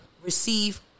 Receive